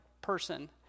person